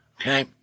Okay